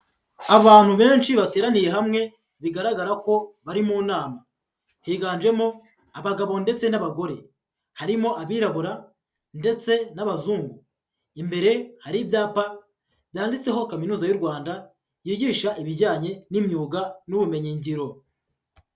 Abantu benshi bateraniye hamwe bigaragara ko bari mu nama, higanjemo abagabo ndetse n'abagore, harimo abirabura ndetse n'abazungu, imbere hari ibyapa byanditseho kaminuza y'u Rwanda yigisha ibijyanye n'imyuga n'ubumenyi ngiro.